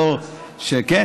ממש כך.